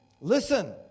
Listen